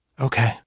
Okay